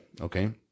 okay